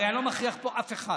הרי אני לא מכריח פה אף אחד.